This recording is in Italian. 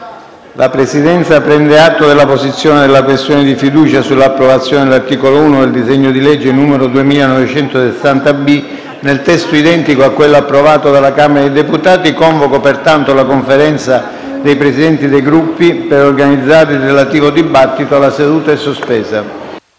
La Presidenza prende atto dell'apposizione della questione di fiducia sull'approvazione dell'articolo 1 del disegno di legge n. 2960-B, nel testo identico a quello approvato dalla Camera dei deputati. Convoco pertanto la Conferenza dei Capigruppo per organizzare il relativo dibattito. La seduta è sospesa.